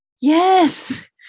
Yes